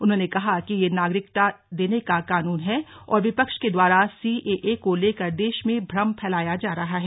उन्होंने कहा कि यह नागरिकता देने का कानून है और विपक्ष के द्वारा सीएए को लेकर देश में भ्रम फैलाया जा रहा है